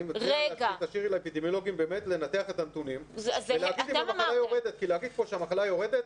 תשאירי לאפידמיולוגים באמת לנתח את הנתונים ולהגיד אם המחלה יורדת,